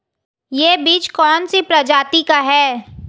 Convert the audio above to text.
यह बीज कौन सी प्रजाति का है?